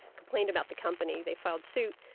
complained about the company, they filed suit,